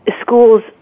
schools